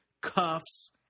cuffs